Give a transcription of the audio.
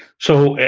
so,